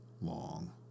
long